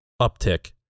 uptick